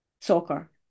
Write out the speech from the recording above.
soccer